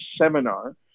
seminar